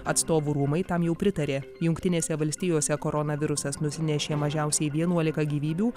atstovų rūmai tam jau pritarė jungtinėse valstijose koronavirusas nusinešė mažiausiai vienuolika gyvybių